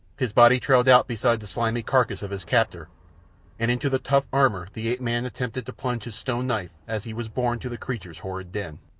his body trailed out beside the slimy carcass of his captor, and into the tough armour the ape-man attempted to plunge his stone knife as he was borne to the creature's horrid den.